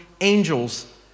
angels